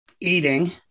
eating